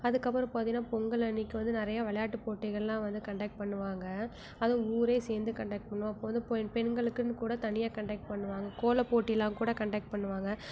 அதுக்கப்புறம் பார்த்திங்கனா பொங்கல் அன்றைக்கு வந்து நிறையா விளையாட்டு போட்டிகளெலாம் வந்து கண்டெக்ட் பண்ணுவாங்க அதுவும் ஊரே சேர்ந்து கண்டெக்ட் பண்ணுவோம் அப்போ வந்து பெண்களுக்குனு கூட தனியாக கண்டெக்ட் பண்ணுவாங்க கோலப்போட்டியெல்லாம் கூட கண்டெக்ட் பண்ணுவாங்க